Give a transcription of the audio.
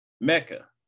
Mecca